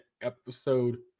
episode